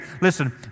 Listen